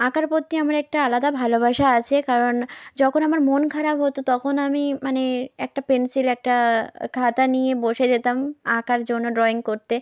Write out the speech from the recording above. আঁকার প্রতি আমার একটা আলাদা ভালোবাসা আছে কারণ যখন আমার মন খারাপ হতো তখন আমি মানে একটা পেনসিল একটা খাতা নিয়ে বসে যেতাম আঁকার জন্য ড্রইং করতে